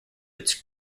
its